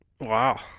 Wow